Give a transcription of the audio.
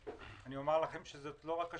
אומר לכם שזה לא רק אשדוד.